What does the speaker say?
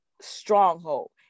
stronghold